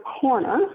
corner